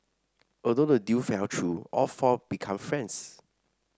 although the deal fell through all four become friends